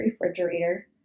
refrigerator